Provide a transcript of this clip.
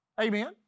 Amen